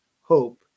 hope